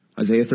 Isaiah